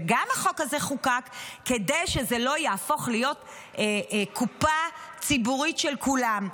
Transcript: וגם החוק הזה חוקק כדי שזה לא יהפוך להיות קופה ציבורית של כולם.